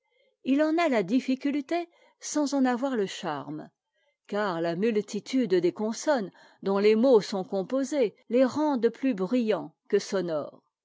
il en a la difficulté sans en avoir le charme car la multitude des consonnes dont les mots sont composés les rendent plus bruyants que sonores